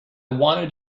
wanted